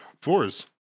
fours